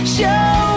show